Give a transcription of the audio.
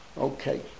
okay